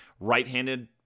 right-handed